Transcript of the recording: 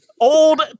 Old